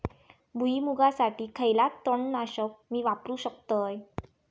भुईमुगासाठी खयला तण नाशक मी वापरू शकतय?